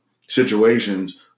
situations